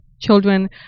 children